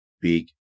big